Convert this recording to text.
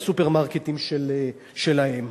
לסופרמרקטים שלהן.